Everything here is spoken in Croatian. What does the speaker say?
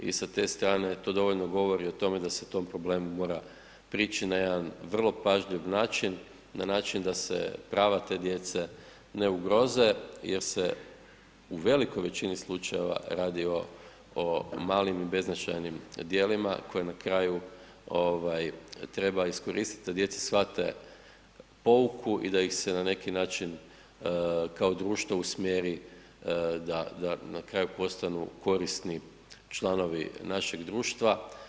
I sa te strane to dovoljno govori o tome da se tom problemu mora prići na jedan vrlo pažljiv način, na način da se prava te djece ne ugroze jer se u velikoj većini slučajeva radi o malim i beznačajnim djelima koji na kraju treba iskoristiti da djeca shvate pouku i da ih se na neki način kao društvo usmjeri da na kraju postanu korisni članovi našeg društva.